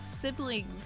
siblings